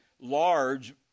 large